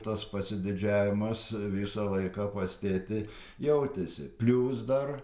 tas pasididžiavimas visą laiką pas tėtį jautėsi plius dar